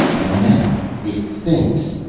and now it thinks.